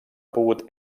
pogut